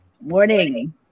Morning